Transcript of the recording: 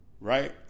Right